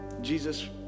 Jesus